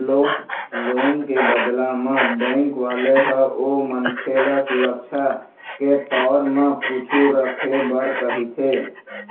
loan के बदला म बेंक वाले ह ओ मनखे ल सुरक्छा के तौर म कुछु रखे बर कहिथे